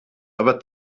aber